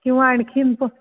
किंवा आणखीन प